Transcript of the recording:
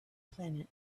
planet